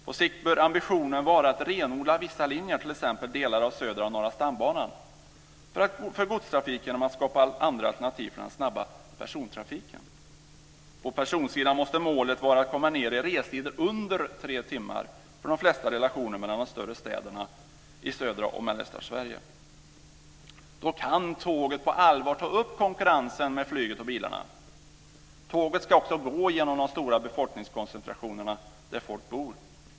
På sikt bör ambitionen vara att renodla vissa linjer, t.ex. delar av Södra och Norra stambanan, för godstrafik genom att skapa andra alternativ för den snabba persontrafiken. På personsidan måste målet vara att komma ned i restider under tre timmar för de flesta relationer mellan större städer i södra och mellersta Då kan tåget på allvar ta upp konkurrensen med flyget och bilarna. Tågen ska också gå genom de stora befolkningskoncentrationerna där folk bor.